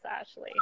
Ashley